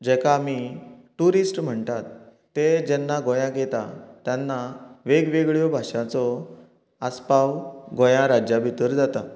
जेका आमी ट्युरिस्ट म्हणटात ते जेन्ना गोंयाक येता तेन्ना वेग वेगळ्यो भाशांचो आसपाव गोंया राज्या भितर जाता